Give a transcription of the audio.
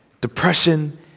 depression